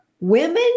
Women